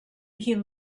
him